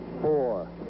Four